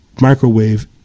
microwave